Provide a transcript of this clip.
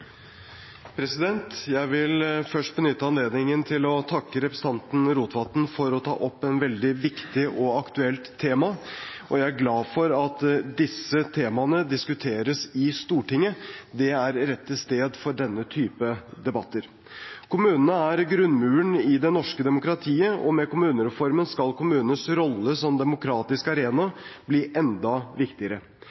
folkestyre. Jeg vil først benytte anledningen til å takke representanten Rotevatn for å ta opp et veldig viktig og aktuelt tema, og jeg er glad for at disse temaene diskuteres i Stortinget, det er rette sted for denne type debatter. Kommunene er grunnmuren i det norske demokratiet, og med kommunereformen skal kommunenes rolle som demokratisk arena bli enda viktigere.